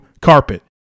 carpet